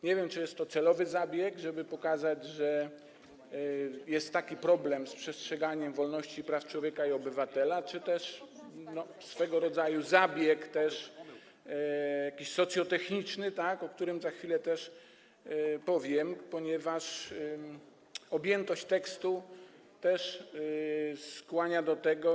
Nie wiem, czy to jest celowy zabieg, żeby pokazać, że jest taki problem z przestrzeganiem wolności i praw człowieka i obywatela, czy też swego rodzaju jakiś zabieg socjotechniczny, o którym za chwilę powiem, ponieważ objętość tekstu też skłania do tego.